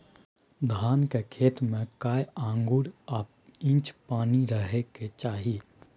धान के खेत में कैए आंगुर आ इंच पानी रहै के चाही?